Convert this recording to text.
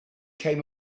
came